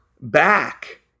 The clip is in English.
back